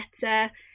better